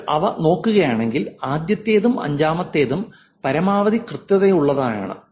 നിങ്ങൾ അവ നോക്കുകയാണെങ്കിൽ ആദ്യത്തേതും അഞ്ചാമത്തേതും പരമാവധി കൃത്യതയുള്ളവയാണ്